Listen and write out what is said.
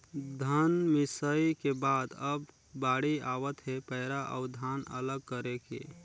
धन मिंसई के बाद अब बाड़ी आवत हे पैरा अउ धान अलग करे के